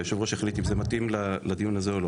ואתה תחליט אם זה מתאים לדיון הזה או לא